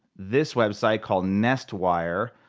this website called nestwire.